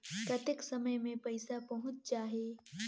कतेक समय मे पइसा पहुंच जाही?